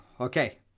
Okay